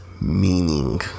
meaning